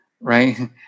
right